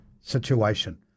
situation